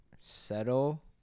settle